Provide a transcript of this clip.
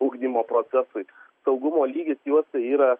ugdymo procesui saugumo lygis juose yra